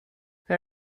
they